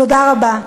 תודה רבה.